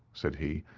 said he,